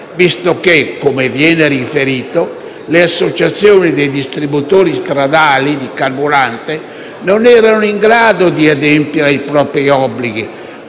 visto che, come viene riferito, le associazioni dei distributori stradali di carburante non erano in grado di adempiere ai propri obblighi